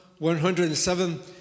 107